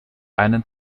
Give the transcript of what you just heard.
einen